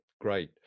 Great